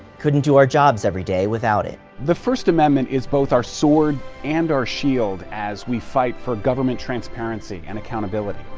couldn't do our jobs every day without it. the first amendment is both our sword and our shield as we fight for government transparency and accountability.